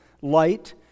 light